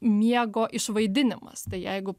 miego išvaidinimas tai jeigu